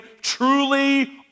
truly